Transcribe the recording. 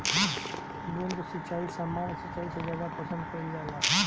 बूंद सिंचाई सामान्य सिंचाई से ज्यादा पसंद कईल जाला